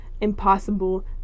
impossible